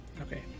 Okay